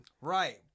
Right